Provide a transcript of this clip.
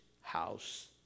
house